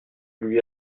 lui